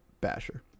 Basher